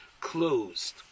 closed